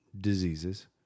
diseases